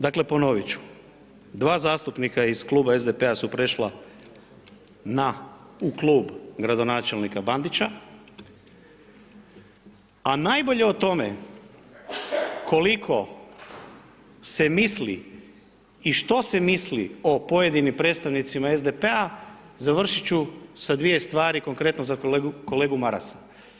Dakle, ponovit ću 2 zastupnika iz Kluba SDP-a su prešla na u klub gradonačelnika Bandića, a najbolje o tome koliko se misli i što se misli o pojedinim predstavnicima SDP-a završit ću sa dvije stvari, konkretno za kolegu Marasa.